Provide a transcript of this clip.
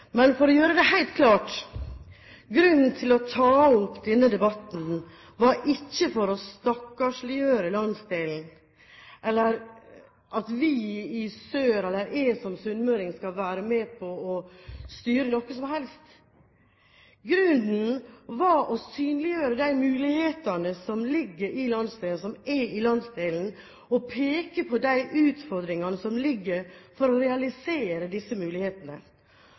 Men for å gjøre det helt klart: Når jeg tok opp denne debatten, var det ikke for å stakkarsliggjøre landsdelen, eller at vi i sør, eller jeg som sunnmøring, skal være med på å styre noe som helst. Grunnen var å synliggjøre de mulighetene som er i landsdelen og peke på de utfordringene som ligger der for å realisere disse mulighetene.